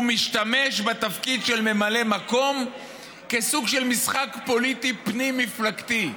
הוא משתמש בתפקיד של ממלא מקום כסוג של משחק פוליטי פנים-מפלגתי,